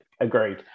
Agreed